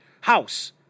house